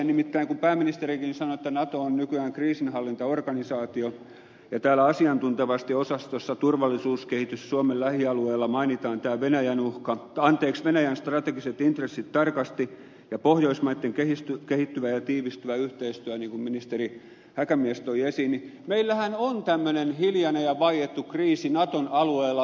nimittäin kun pääministerikin sanoi että nato on nykyään kriisinhallintaorganisaatio ja täällä asiantuntevasti osastossa turvallisuuskehitys suomen lähialueilla mainitaan venäjän strategiset intressit tarkasti ja pohjoismaitten kehittyvä ja tiivistyvä yhteistyö niin kuin ministeri häkämies toi esiin niin meillähän on tämmöinen hiljainen ja vaiettu kriisi naton alueella